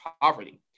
poverty